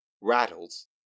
rattles